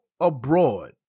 abroad